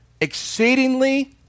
Exceedingly